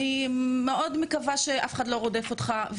אני מאוד מקווה שאף אחד לא רודף אותך,